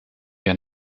wir